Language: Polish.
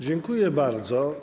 Dziękuję bardzo.